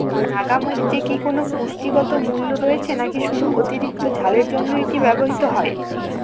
নাগা মরিচে কি কোনো পুষ্টিগত মূল্য রয়েছে নাকি শুধু অতিরিক্ত ঝালের জন্য এটি ব্যবহৃত হয়?